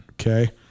Okay